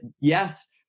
yes